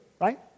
Right